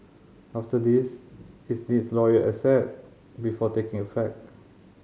after this it's needs royal assent before taking effect